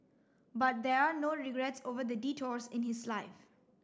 but there are no regrets over the detours in his life